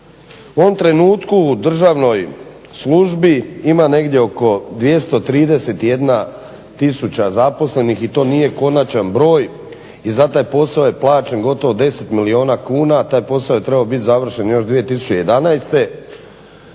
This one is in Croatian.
U ovom trenutku u državnoj službi ima negdje oko 231 tisuća zaposlenih i to nije konačan broj. I za taj posao je plaćen gotovo 10 milijuna kuna, a taj posao je trebao biti završen još 2011.